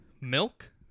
milk